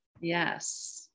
Yes